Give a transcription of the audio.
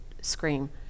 scream